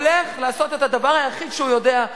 הולך לעשות את הדבר היחיד שהוא יודע,